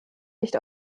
nicht